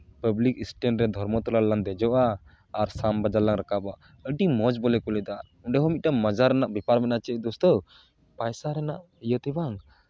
public stand ᱨᱮ ᱫᱷᱚᱨᱢᱚᱛᱚᱞᱟ ᱨᱮᱞᱟᱝ ᱫᱮᱡᱚᱜᱼᱟ ᱟᱨ ᱥᱟᱢ ᱵᱟᱡᱟᱨ ᱞᱟᱝ ᱨᱟᱠᱟᱵᱚᱜᱼᱟ ᱟᱹᱰᱤ ᱢᱚᱡᱽ ᱵᱚᱞᱮ ᱠᱚ ᱞᱟᱹᱭᱫᱟ ᱚᱸᱰᱮ ᱦᱚᱸ ᱢᱤᱫᱴᱟᱱ ᱢᱟᱡᱟ ᱨᱮᱱᱟᱜ ᱵᱮᱯᱟᱨ ᱢᱮᱱᱟᱜᱼᱟ ᱪᱮᱫ ᱫᱳᱥᱛᱳ ᱯᱟᱭᱥᱟ ᱨᱮᱭᱟᱜ ᱤᱭᱟᱹᱛᱮ ᱵᱟᱝ